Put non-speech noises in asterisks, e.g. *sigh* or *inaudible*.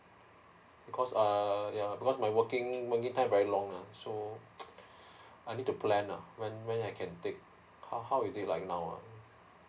because err yeah because my working working time very long ah so *noise* I need to plan ah when when I can take how how is it like now ah